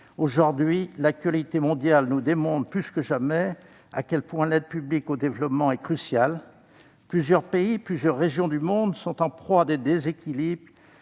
Aujourd'hui, l'actualité mondiale nous démontre plus que jamais à quel point l'aide publique au développement est cruciale. Plusieurs pays, plusieurs régions du monde sont en proie à des déséquilibres,